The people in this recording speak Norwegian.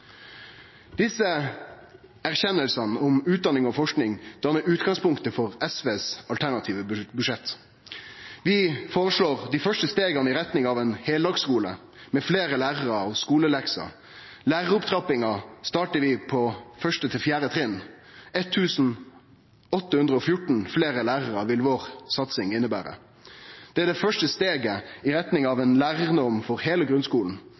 Desse erkjenningane om utdanning og forsking dannar utgangspunktet for SVs alternative budsjett. Vi føreslår dei første stega i retning av ein heildagsskole med fleire lærarar og skolelekser. Læraropptrappinga startar vi frå første til fjerde trinn. 1 814 fleire lærarar vil satsinga vår innebere. Det er det første steget i retning av ei lærarnorm for heile